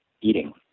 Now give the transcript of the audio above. eating